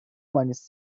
meines